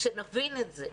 צריך להבין את זה.